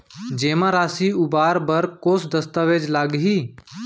जेमा राशि उबार बर कोस दस्तावेज़ लागही?